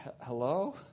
hello